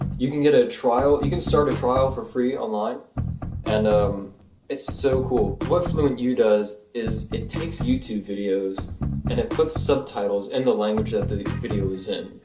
you can get a trial you can start a trial for free online and um it's so cool. what fluentu does is it takes youtube videos and it puts sub-titles in the language that the the video was in.